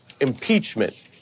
impeachment